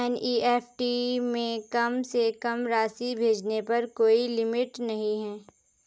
NEFT में कम से कम राशि भेजने पर कोई लिमिट नहीं है